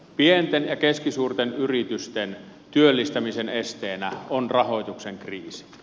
pienten ja keskisuurten yritysten työllistämisen esteenä on rahoituksen kriisi